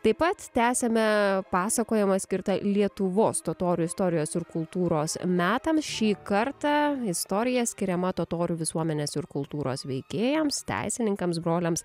taip pat tęsiame pasakojimą skirtą lietuvos totorių istorijos ir kultūros metams šį kartą istorija skiriama totorių visuomenės ir kultūros veikėjams teisininkams broliams